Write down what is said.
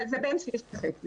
אבל זה בין שליש לחצי.